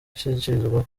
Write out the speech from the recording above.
ashyikirizwa